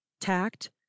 tact